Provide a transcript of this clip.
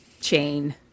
chain